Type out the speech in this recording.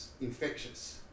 infectious